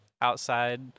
outside